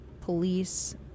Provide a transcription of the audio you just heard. police